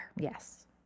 yes